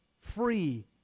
free